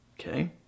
okay